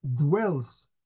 dwells